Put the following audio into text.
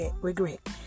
regret